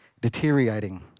deteriorating